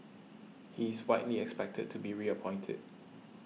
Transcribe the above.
he's widely expected to be reappointed